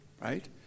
right